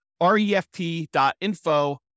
refp.info